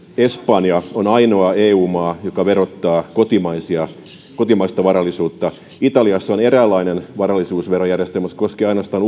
espanja on ainoa eu maa joka verottaa kotimaista varallisuutta italiassa on eräänlainen varallisuusverojärjestelmä se koskee ainoastaan